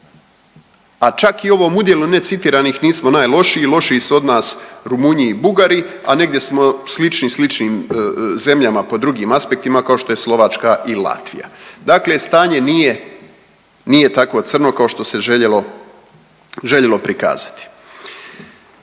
A čak i u ovom udjelu necitiranih nismo najlošiji. Lošiji su od nas Rumunji i Bugari, a negdje smo slični sličnim zemljama po drugim aspektima kao što je Slovačka i Latvija. Dakle, stanje nije tako crno kao što se željelo prikazati.